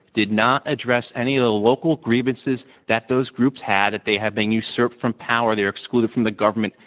did not address any of the local grievances that those groups had. and they had been usurped from power, they were excluded from the government.